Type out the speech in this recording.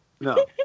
No